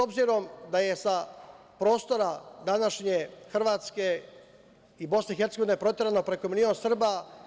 Obzirom da je sa prostora današnje Hrvatske i BiH proterano je preko milion Srba.